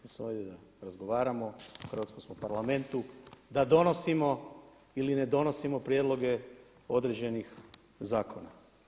Mi smo ovdje da razgovaramo u hrvatskom smo Parlamentu da donosimo ili ne donosimo prijedloge određenih zakona.